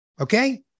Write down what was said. okay